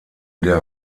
der